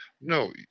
No